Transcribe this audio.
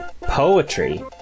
poetry